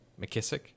McKissick